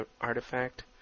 artifact